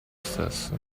stesso